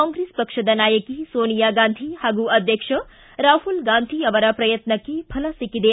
ಕಾಂಗ್ರೆಸ್ ಪಕ್ಷದ ನಾಯಕಿ ಸೋನಿಯಾ ಗಾಂಧಿ ಹಾಗೂ ಅಧ್ಯಕ್ಷ ರಾಹುಲ್ ಗಾಂಧಿ ಅವರ ಪ್ರಯತ್ನಕ್ಷೆ ಫಲ ಸಿಕ್ಕೆದೆ